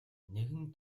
нэгэн